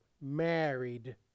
married